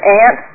aunt